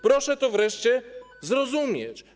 Proszę to wreszcie zrozumieć.